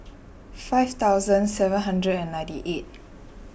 five thousand seven hundred and ninety eight